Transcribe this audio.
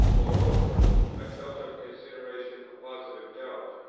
moreover, i felt on consideration a positive doubt,